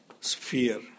sphere